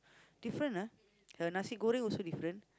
different ah her nasi-goreng also different